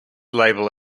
label